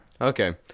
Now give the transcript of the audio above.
Okay